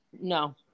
No